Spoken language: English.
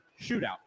shootout